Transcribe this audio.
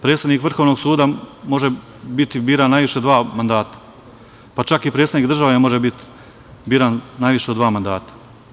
Predsednik Vrhovnog suda može biti biran najviše dva mandata, pa čak i predsednik države može biti biran najviše dva mandata.